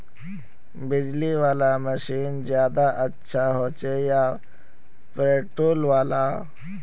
बिजली वाला मशीन ज्यादा अच्छा होचे या पेट्रोल वाला?